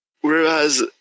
Whereas